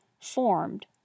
formed